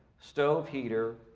stove heater,